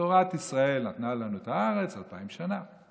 תורת ישראל נתנה לנו את הארץ, אלפיים שנה.